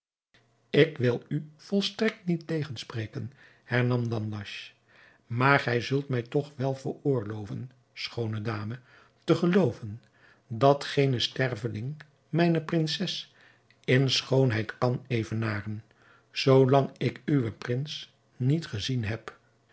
ik wil u volstrekt niet tegenspreken hernam danhasch maar gij zult mij toch wel veroorloven schoone dame te gelooven dat geene sterveling mijne prinses in schoonheid kan evenaren zoolang ik uwen prins niet gezien heb